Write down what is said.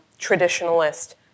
traditionalist